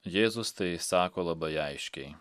jėzus tai sako labai aiškiai